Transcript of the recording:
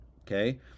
okay